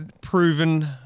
proven